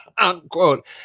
unquote